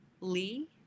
lee